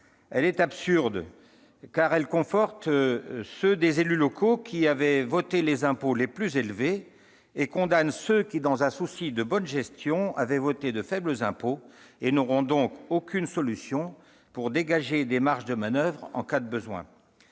est absurde, car elle conforte ceux des élus locaux qui avaient voté les impôts les plus élevés et condamne ceux qui, dans un souci de bonne gestion, avaient voté de faibles impôts et n'auront aucune solution pour dégager des marges de manoeuvre en cas de besoin.